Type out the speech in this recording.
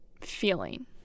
feeling